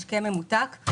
משקה ממותק.